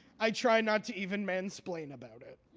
i try not to even mansplain about it.